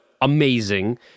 amazing